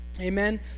Amen